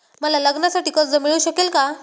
मला लग्नासाठी कर्ज मिळू शकेल का?